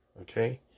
Okay